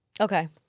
Okay